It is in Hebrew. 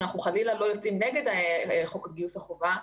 ואנחנו חלילה לא יוצאים נגד חוק גיוס החובה,